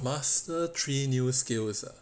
master three new skills ah